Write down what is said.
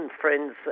friends